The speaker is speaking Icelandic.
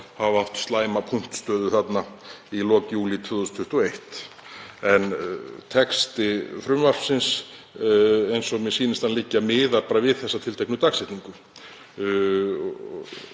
hafa átt slæma punktstöðu í lok júlí 2021. En texti frumvarpsins, eins og mér sýnist hann liggja, miðar bara við þessa tilteknu dagsetningu.